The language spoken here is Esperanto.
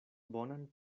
bonan